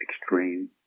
extreme